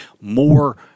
more